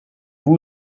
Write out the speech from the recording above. vous